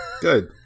Good